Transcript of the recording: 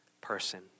person